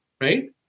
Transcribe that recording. right